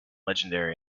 legendary